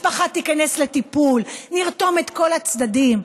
משפחה תיכנס לטיפול, נרתום את כל הצדדים.